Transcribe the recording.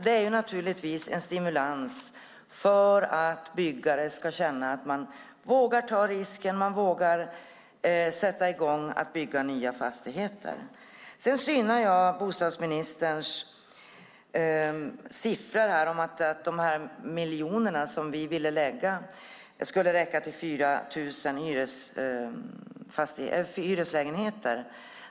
Det är naturligtvis en stimulans för att byggare ska känna att man vågar ta risken, vågar sätta i gång att bygga nya fastigheter. Sedan synar jag bostadsministerns siffror, att de miljoner som vi ville lägga skulle räcka till 4 000 hyreslägenheter.